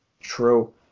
True